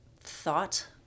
thought